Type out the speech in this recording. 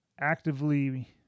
actively